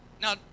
now